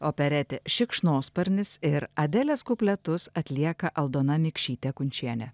operetė šikšnosparnis ir adelės kupletus atlieka aldona mikšytė kunčienė